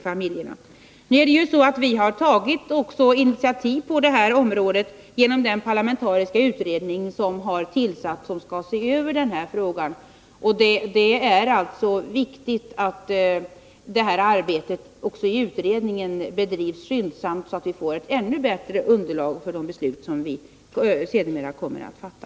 Vi har tagit initiativ på detta område genom den parlamentariska utredning som har tillsatts och som skall se över denna fråga. Det är alltså viktigt att detta arbete i utredningen bedrivs skyndsamt, så att vi får ett ännu bättre underlag för de beslut som vi sedermera kommer att fatta.